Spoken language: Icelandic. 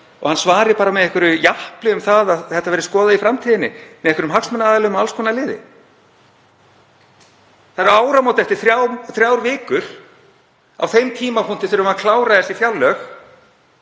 og hann svarar bara með einhverju japli um að þetta verði skoðað í framtíðinni með einhverjum hagsmunaaðilum og alls konar liði. Það eru áramót eftir þrjár vikur. Á þeim tímapunkti þurfum við að klára þessi fjárlög.